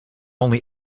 only